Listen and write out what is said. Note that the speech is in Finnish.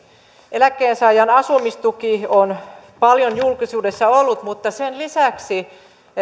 eläkkeensaajan asumistuki on paljon julkisuudessa ollut mutta sen lisäksi